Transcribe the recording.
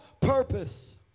purpose